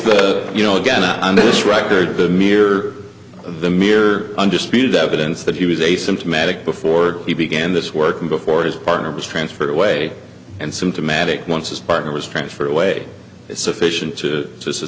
that you know again on this record the mere the mere undisputed evidence that he was asymptomatic before he began this working before his partner was transferred away and symptomatic once his partner was transferred away is sufficient to sust